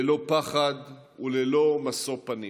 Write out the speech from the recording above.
ללא פחד וללא משוא פנים.